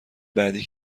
بعدی